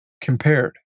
compared